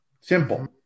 Simple